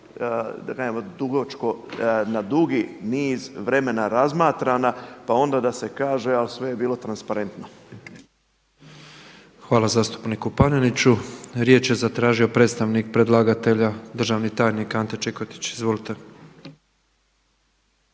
da nemamo dugačko, na dugi niz vremena razmatrana pa onda da se kaže ali sve je bilo transparentno. **Petrov, Božo (MOST)** Hvala zastupniku Paneniću. Riječ je zatražio predstavnik predlagatelja, državni tajnik Ante Čikotić. Izvolite.